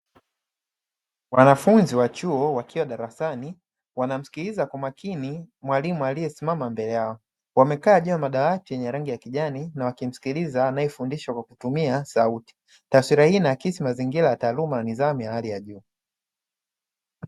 Wanafunzi wa chuo wakiwa darasani wanamsikiliza kwa makini mwalimu aliyesimama mbele yao, wamekaa juu ya madawati na wakimsikiliza anayefundisha kwa kutumia sauti, taswira hii inaaksi mazingira ya taaluma na nidhamu ya hali ya juu.